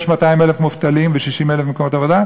יש 200,000 מובטלים ו-60,000 מקומות עבודה,